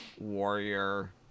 Warrior